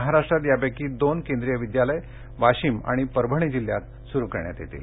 महाराष्ट्रात यापैकी दोन केंद्रीय विद्यालय वाशीम आणि परभणी जिल्ह्यांत सुरू करण्यात येतील